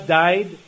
died